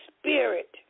Spirit